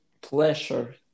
pleasure